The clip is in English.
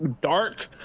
dark